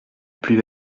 plus